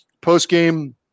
post-game